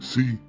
See